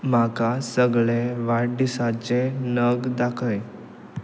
म्हाका सगळे वाडदिसाचे नग दाखय